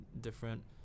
different